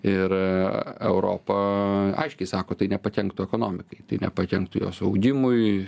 ir europa aiškiai sako tai nepakenktų ekonomikai tai nepakenktų jos augimui